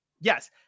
yes